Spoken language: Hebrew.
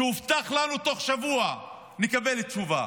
הובטח לנו שתוך שבוע נקבל תשובה.